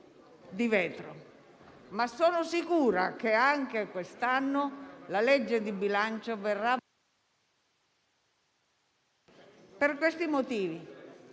di vetro, ma sono sicura che anche quest'anno la legge di bilancio verrà... *(Il microfono